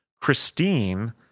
Christine